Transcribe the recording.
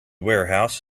warehouse